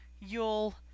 You'll